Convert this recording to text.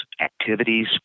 activities